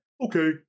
Okay